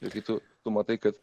ir kai tu tu matai kad